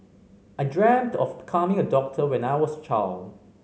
I dreamt of becoming a doctor when I was a child